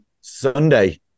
Sunday